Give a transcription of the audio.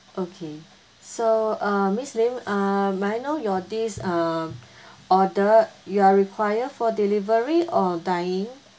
okay so uh miss lim err may I know your this uh order you are require for delivery or dine in